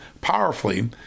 powerfully